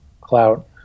clout